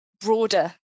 broader